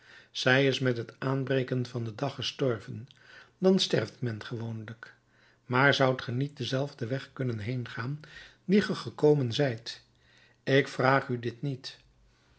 zij is met het aanbreken van den dag gestorven dan sterft men gewoonlijk maar zoudt ge niet denzelfden weg kunnen heengaan dien ge gekomen zijt ik vraag u dit niet